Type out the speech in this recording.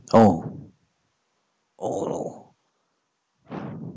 oh